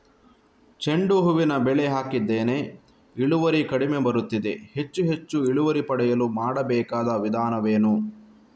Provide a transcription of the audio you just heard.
ಚೆಂಡು ಹೂವಿನ ಬೆಳೆ ಹಾಕಿದ್ದೇನೆ, ಇಳುವರಿ ಕಡಿಮೆ ಬರುತ್ತಿದೆ, ಹೆಚ್ಚು ಹೆಚ್ಚು ಇಳುವರಿ ಪಡೆಯಲು ಮಾಡಬೇಕಾದ ವಿಧಾನವೇನು?